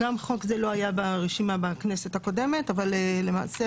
משקל בתעשיית הדוגמנות